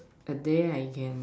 and then I can